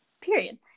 Period